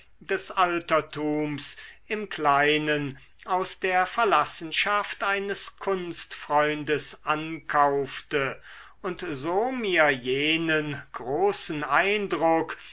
des altertums im kleinen aus der verlassenschaft eines kunstfreundes ankaufte und so mir jenen großen eindruck